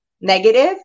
negative